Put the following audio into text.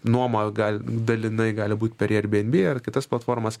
nuoma gal dalinai gali būt per er bi en bi ar kitas platformas